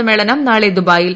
സമ്മേളനം നാളെ ദുബായിൽ